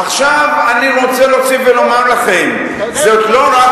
עכשיו אני רוצה להוסיף ולומר לכם, זאת לא רק